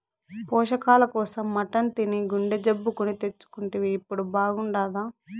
పోషకాల కోసం మటన్ తిని గుండె జబ్బు కొని తెచ్చుకుంటివి ఇప్పుడు బాగుండాదా